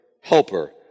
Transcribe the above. helper